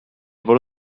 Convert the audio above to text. volo